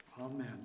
amen